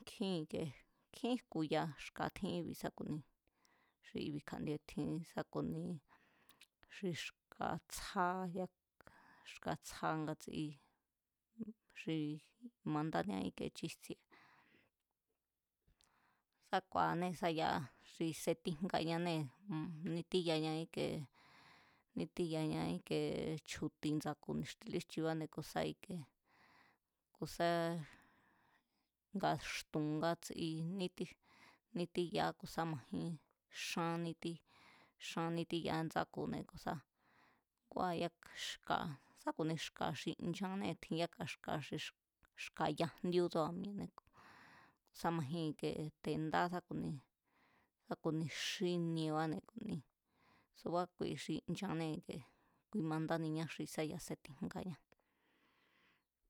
nkjín ike nkjín jku̱ya xka̱ tjin íbi̱ sá ku̱ni xi i̱bi̱ kja̱ndiebi̱ tjín sá ku̱ni xi xka̱ tsja, xka̱ tsja ngatsi xi mandánia íke chijtsíé, sá ku̱a̱anée̱ xi setíjngañanée̱ nítíyaña íke, nítíyaña íke i̱ke chju̱ti̱ ndsa̱ku̱ ni̱xti líjchibáne̱ ku̱ sá ikie ku̱sá nga̱xtu̱n ngatsi nítij, nítíyaá sá majín xán nítíj, xán nítíyaa ndsáku̱ne̱ ku̱sá kua̱ yaka xka̱ sá ku̱ni xka̱ xi nchannée̱ tjin yáka xka̱ xi ka̱, xka̱ ya jndíó tsúra̱ mi̱e̱ne̱ sá majín ike te̱ ndá sá ku̱ni, sá ku̱ni xínie báne̱ ku̱ni subá kui xi nchannée̱ ike kui mandaniñá xi sá ya̱ setíjngañá.